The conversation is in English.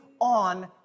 on